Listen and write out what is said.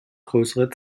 größere